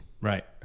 Right